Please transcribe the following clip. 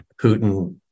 Putin